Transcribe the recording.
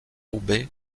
roubaix